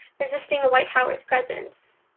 resisting the white tower's presence.